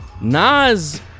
Nas